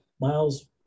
miles